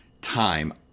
time